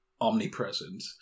omnipresent